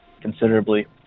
considerably